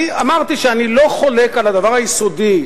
אמרתי שאני לא חולק על הדבר היסודי.